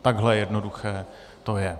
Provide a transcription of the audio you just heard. Takhle jednoduché to je.